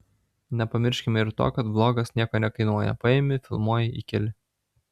nepamirškime ir to kad vlogas nieko nekainuoja paimi filmuoji įkeli